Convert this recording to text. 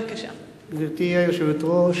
גברתי היושבת-ראש,